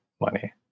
money